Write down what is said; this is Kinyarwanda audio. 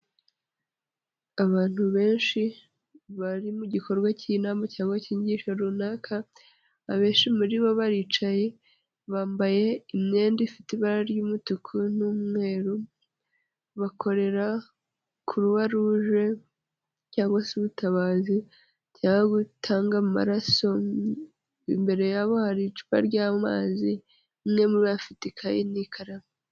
Abantu benshi bari mu gikorwa k'inamu cyangwa k'igisho runaka abenshi muri bo baricaye bambaye imyenda ifite ibara ry'umutuku n'umweru bakorera Croix Rouge cyangwa se ubutabazi cyangwa gutanga amaraso, imbere yabo hari icupa ry'amazi umwe muri bo afite ikaye n'ikaramu.